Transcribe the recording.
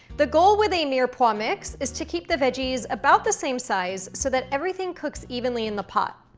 the goal with a mirepoix mix is to keep the veggies about the same size so that everything cooks evenly in the pot.